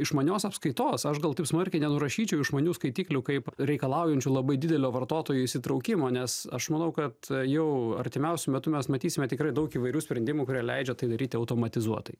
išmanios apskaitos aš gal taip smarkiai nenurašyčiau išmaniųjų skaitiklių kaip reikalaujančių labai didelio vartotojų įsitraukimo nes aš manau kad jau artimiausiu metu mes matysime tikrai daug įvairių sprendimų kurie leidžia tai daryti automatizuotai